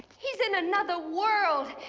he's in another world,